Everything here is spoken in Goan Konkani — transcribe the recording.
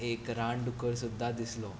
एक रानदुकर सुद्दां दिसलो